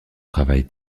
travail